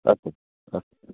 अस्तु अस्तु